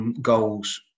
goals